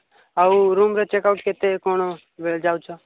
ଆଉ ରୁମ୍ର check out କେତେ କ'ଣ ବେଳେ ଯାଉଛ